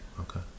Okay